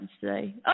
today